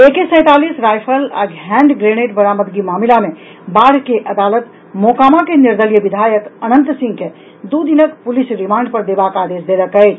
ए K सैंतालीस rifle आ hand grenade बरामदगी मामिला मे बाढ़ के अदालत मोकामा के निर्दलीय विधायक अनंत सिंह के दू दिनक पुलिस रिमांड पर देबाक आदेश देलक अछि